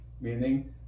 meaning